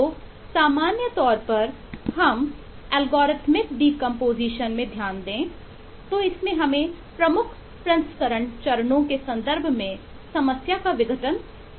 तो सामान्य तौर पर हम एल्गोरिथमिक डीकंपोजिशन में ध्यान देंतो इसने हमें प्रमुख प्रसंस्करण चरणों के संदर्भ में समस्या का विघटन करना होता है